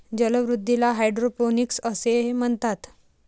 जलवृद्धीला हायड्रोपोनिक्स असे म्हणतात